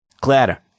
Clara